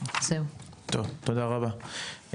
תודה רבה,